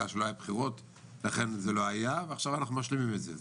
עשתה כי לא היו בחירות ועכשיו אנחנו משלימים את זה?